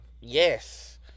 Yes